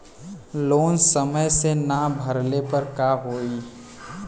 Loan समय से ना भरले पर का होयी?